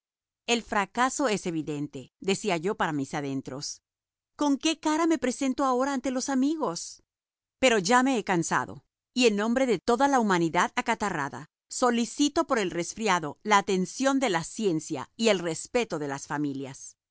el fracaso es evidente decía yo para mis adentros con qué cara me presento ahora ante los amigos pero ya me he cansado y en nombre de toda la humanidad acatarrada solicito para el resfriado la atención de la ciencia y el respeto de las familias